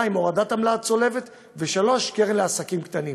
2. הורדת העמלה הצולבת, 3. קרן לעסקים קטנים.